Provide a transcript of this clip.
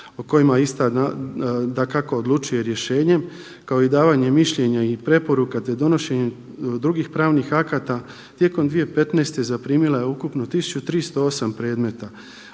o kojima ista dakako odlučuje rješenjem kao i davanje mišljenja i preporuka te donošenje drugih pravnih akata tijekom 2015. zaprimila je ukupno 1308 predmeta.